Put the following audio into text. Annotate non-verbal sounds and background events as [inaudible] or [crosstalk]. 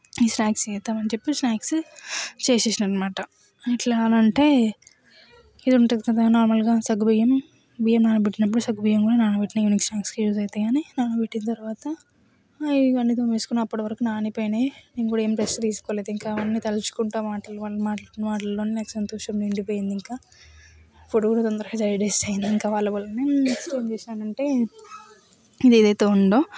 ఈ స్నాక్స్ చేద్దామని చెప్పి స్నాక్స్ చేసేసిన అనమాట ఎట్లా అనంటే ఇది ఉంటుంది కదా నార్మల్గా సగ్గుబియ్యం బియ్యం నానబెట్టినప్పుడు సగ్గుబియ్యం కూడా నానబెట్టిన ఈవినింగ్ స్నాక్స్ కూడా యూస్ అవుతాయని నానబెట్టిన తర్వాత ఇవన్నీ తోమేసుకున్న అప్పుడు వరకు నానిపోయినాయి ఇంకా ఏమి రెస్ట్ తీసుకోలేదు అవన్నీ తలుచుకుంటా మాట్లాడుకుంటా వాళ్ల మాటల్లోనే సంతోషం నిండిపోయింది ఇంకా [unintelligible] ఇంకా వాళ్ల వల్లనే చేసిన నంటే ఏదైతే ఉందో